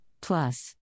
Plus